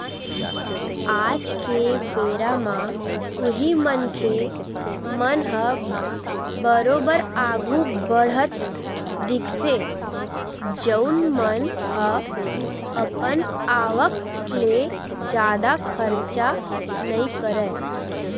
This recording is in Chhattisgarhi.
आज के बेरा म उही मनखे मन ह बरोबर आघु बड़हत दिखथे जउन मन ह अपन आवक ले जादा खरचा नइ करय